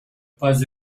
pas